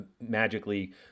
magically